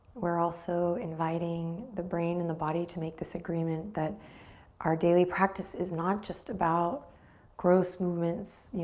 we're also inviting the brain and the body to make this agreement that our daily practice is not just about gross movements, yeah